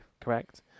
correct